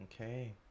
okay